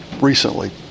recently